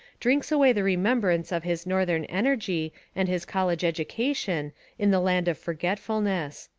drinks away the remembrance of his northern energy and his college education in the land of forgetfulness.